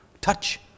Touch